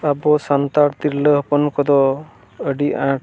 ᱟᱵᱚ ᱥᱟᱱᱛᱟᱲ ᱛᱤᱨᱞᱟᱹ ᱦᱚᱯᱚᱱ ᱠᱚᱫᱚ ᱟᱹᱰᱤ ᱟᱸᱴ